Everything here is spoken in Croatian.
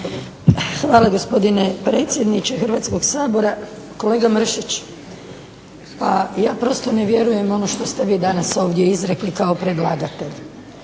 Hvala gospodine predsjedniče Hrvatskog sabora. Kolega Mršić pa ja prosto ne vjerujem ono što ste vi danas ovdje izrekli kao predlagatelj.